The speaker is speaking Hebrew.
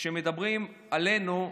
כשמדברים עלינו,